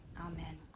amen